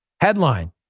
Headline